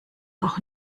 auch